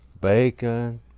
bacon